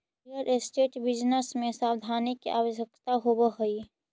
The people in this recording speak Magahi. रियल एस्टेट बिजनेस में सावधानी के आवश्यकता होवऽ हई